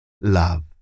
love